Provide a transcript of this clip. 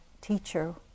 teacher